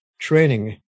training